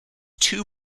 two